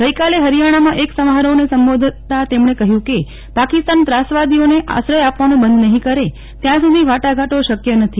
ગઈકાલે ફરિયાણામાં એક સમારોફને સંબોધતા તેમણે કહ્યુ કે પાકિસ્તાન ત્રાસવાદીઓને આશ્રય આપવાનું બંધ નફી કરે ત્યાં સુધી વાટાઘાટો શક્ય નથી